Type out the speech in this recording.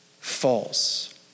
false